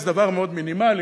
זה דבר מאוד מינימלי.